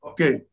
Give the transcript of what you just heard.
Okay